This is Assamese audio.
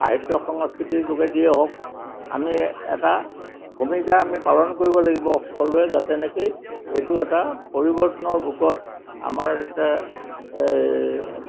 সাহিত্য সংস্কৃতিৰ যোগেদিয়েই হওক আমি এটা ভূমিকা আমি পালন কৰিব লাগিব সকলোৱে যাতে নেকি এইটো এটা পৰিৱৰ্তনৰ বুকত আমাৰ যাতে